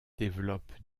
développent